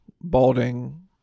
balding